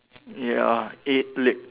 ya eight leg